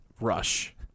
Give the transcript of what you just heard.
Rush